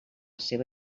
seua